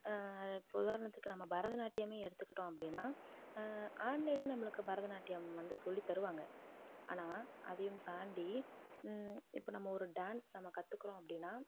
இப்போ உதாரணத்துக்கு நம்ம பரதநாட்டியமே எடுத்துக்கிட்டோம் அப்படின்னா ஆன்லைனில் நம்பளுக்கு பரதநாட்டியம் வந்து சொல்லி தருவாங்க ஆனால் அதையும் தாண்டி இப்போ நம்ம ஒரு டான்ஸ் நம்ம கற்றுக்கறோம் அப்படின்னா